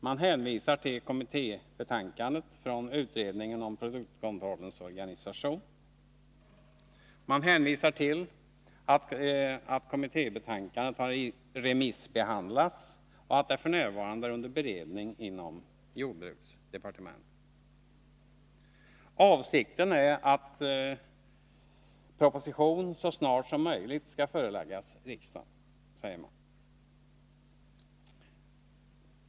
Man hänvisar till kommittébetänkandet från utredningen om produktkontrollens organisation. Man hänvisar till att kommittébetänkandet har remissbehandlats och att det f. n. är under beredning inom jordbruksdepartementet. Avsikten är att proposition så snart som möjligt skall föreläggas riksdagen, säger man.